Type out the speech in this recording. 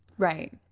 Right